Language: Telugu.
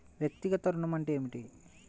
వ్యక్తిగత ఋణం అంటే ఏమిటి?